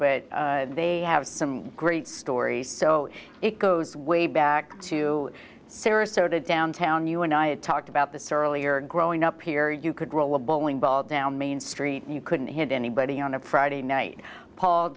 but they have some great stories so it goes way back to sarasota downtown you and i had talked about this earlier growing up here you could roll a bowling ball down main street and you couldn't hit anybody on a friday night paul